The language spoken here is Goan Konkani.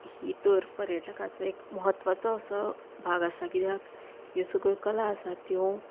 ही तर पर्यटकाचो एक म्हत्वाचो असो भाग आसा कित्याक ह्यो सगळ्यो कला आसा त्यो